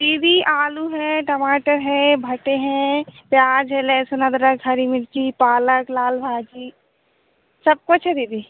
दीदी आलू है टमाटर है भटे हैं प्याज है लहसुन अदरक हर मिर्ची पालक लाल भाजी सब कुछ है दीदी